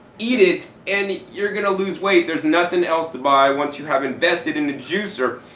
eat it, and you're going to lose weight. there's nothing else to buy once you have invested in the juicer.